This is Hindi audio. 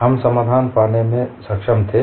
हम समाधान पाने में सक्षम थे